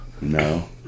No